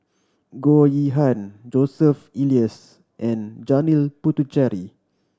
Goh Yihan Joseph Elias and Janil Puthucheary